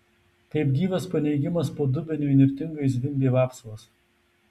kaip gyvas paneigimas po dubeniu įnirtingai zvimbė vapsvos